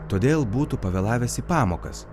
todėl būtų pavėlavęs į pamokas